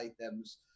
items